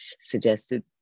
suggested